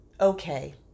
okay